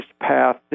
path